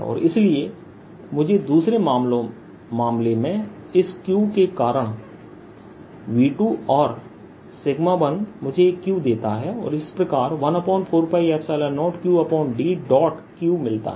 और इसलिए मुझे दूसरे मामले में इस क्यू के कारण V2और 1 मुझे एक क्यू देता है और इस प्रकार 14π0qdQ मिलता है